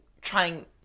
trying